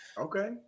okay